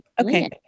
Okay